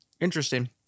Interesting